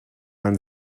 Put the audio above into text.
man